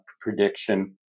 prediction